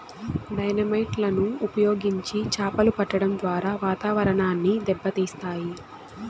dynamite లను ఉపయోగించి చాపలు పట్టడం ద్వారా వాతావరణాన్ని దెబ్బ తీస్తాయి